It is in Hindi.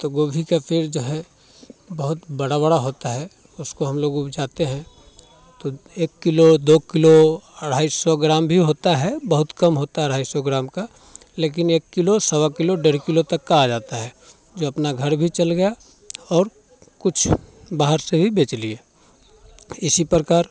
तो गोभी का फिर जो है बहुत बड़ा बड़ा होता है उसको हम लोग उपजाते हैं तो एक किलो दो किलो अढ़ाई सौ ग्राम भी होता है बहुत कम होता है अढ़ाई सौ ग्राम का लेकिन एक किलो सवा किलो डेढ़ किलो तक का आ जाता है जो अपना घर भी चल गया और कुछ बाहर से भी बेच लिए इसी प्रकार